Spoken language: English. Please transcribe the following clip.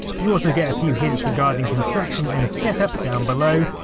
you also get a few hints regarding construction and setup down below,